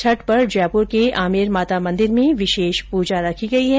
छठ पर जयपुर के आमेर माता मंदिर में विशेष पूजा रखी गई है